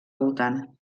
voltant